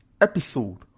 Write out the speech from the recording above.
episode